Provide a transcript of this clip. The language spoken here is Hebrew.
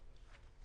לא, לא.